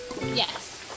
yes